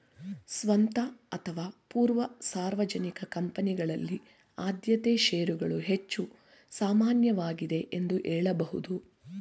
ಸ್ವಂತ ಅಥವಾ ಪೂರ್ವ ಸಾರ್ವಜನಿಕ ಕಂಪನಿಗಳಲ್ಲಿ ಆದ್ಯತೆ ಶೇರುಗಳು ಹೆಚ್ಚು ಸಾಮಾನ್ಯವಾಗಿದೆ ಎಂದು ಹೇಳಬಹುದು